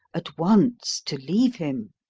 at once to leave him